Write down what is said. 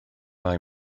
mae